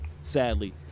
sadly